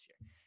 year